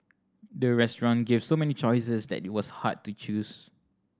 the restaurant gave so many choices that it was hard to choose